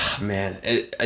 man